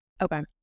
Okay